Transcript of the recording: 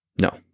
No